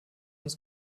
uns